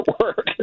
work